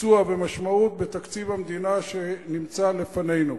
ביצוע ומשמעות בתקציב המדינה שנמצא לפנינו.